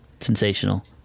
Sensational